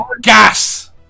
gas